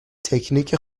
تکنیک